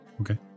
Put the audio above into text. Okay